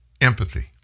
Empathy